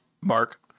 Mark